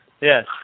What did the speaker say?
Yes